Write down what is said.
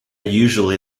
usually